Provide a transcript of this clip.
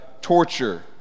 torture